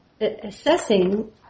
assessing